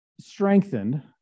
strengthened